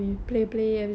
oh